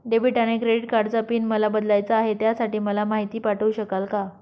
Debit आणि credit कार्डचा pin मला बदलायचा आहे, त्यासाठी मला माहिती पाठवू शकाल का?